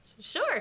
Sure